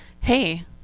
hey